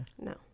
No